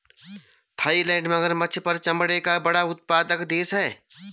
Thailand मगरमच्छ पर चमड़े का बड़ा उत्पादक देश है